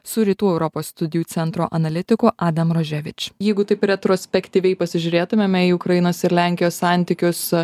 su rytų europos studijų centro analitiku adam roževič jeigu taip retrospektyviai pasižiūrėtumėm į ukrainos ir lenkijos santykius